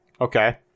okay